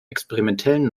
experimentellen